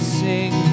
sing